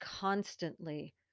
constantly